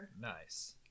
Nice